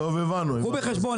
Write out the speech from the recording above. קחו בחשבון,